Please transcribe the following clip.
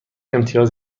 امتیاز